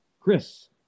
Chris